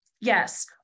Yes